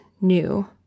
new